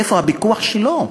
איפה הפיקוח שלו?